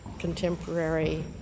contemporary